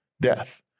death